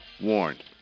warned